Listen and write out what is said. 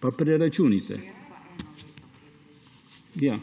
pa preračunajte. Ja,